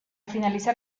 finalizar